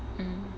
mm